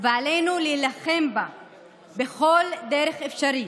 ועלינו להילחם בה בכל דרך אפשרית.